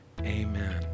amen